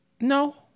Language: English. No